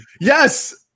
Yes